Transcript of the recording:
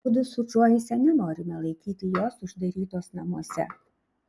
mudu su džoise nenorime laikyti jos uždarytos namuose